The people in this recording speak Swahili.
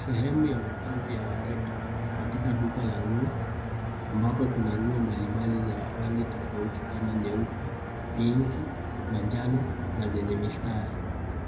Sehemu ya mavazi ya watoto katika duka la nguo ambapo kuna nguo mbali mbali za rangi tofauti kama nyeupe, pink , manjano na zenye mistari.